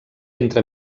entre